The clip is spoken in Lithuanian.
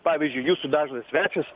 pavyzdžiui jūsų dažnas svečias